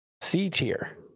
C-tier